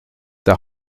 t’as